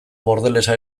bordelesa